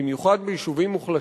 במיוחד ביישובים מוחלשים.